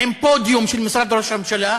עם פודיום של משרד ראש הממשלה,